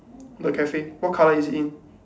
the cafe what colour is it in